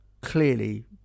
clearly